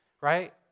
right